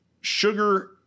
Sugar